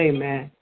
Amen